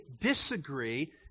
disagree